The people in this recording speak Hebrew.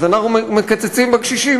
אנחנו מקצצים לקשישים,